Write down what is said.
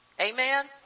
Amen